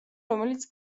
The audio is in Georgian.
რომელიც